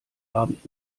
abend